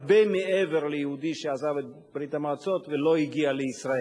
הרבה מעבר ליהודי שעזב את ברית-המועצות ולא הגיע לישראל.